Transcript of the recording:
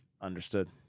Understood